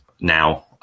now